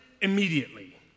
immediately